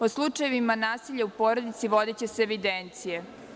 O slučajevima nasilja u porodici vodiće se evidencije.